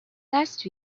last